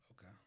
okay